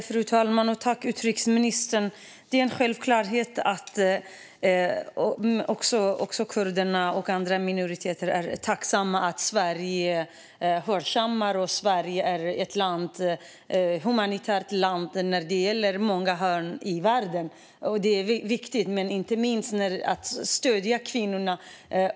Fru talman! Det är en självklarhet att också kurderna och andra minoriteter är tacksamma för att Sverige hörsammar detta. Sverige är ett humanitärt land när det gäller många hörn i världen. Inte minst är det viktigt att stödja kvinnorna.